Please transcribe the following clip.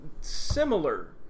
similar